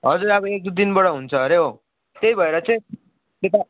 हजुर अब एक दुई दिनबाट हुन्छ हरे हौ त्यही भएर चाहिँ त्यता